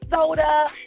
soda